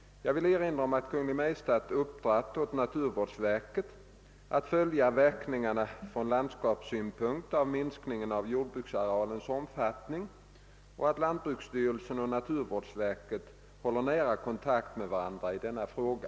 Jag vill erinra om att Kungl. Maj:t uppdragit åt naturvårdsverket att följa inverkningarna från landskapssynpunkt av minskningen av jordbruksarealens omfattning och att lantbruksstyrelsen och naturvårdsverket håller nära kontakt med varandra i denna fråga.